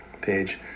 page